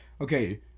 okay